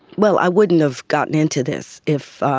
well, i wouldn't have gotten into this if,